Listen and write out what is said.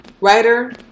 writer